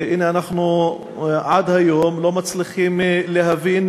והנה עד היום אנחנו לא מצליחים להבין,